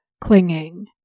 Clinging